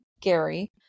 Gary